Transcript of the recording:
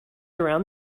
around